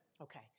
Okay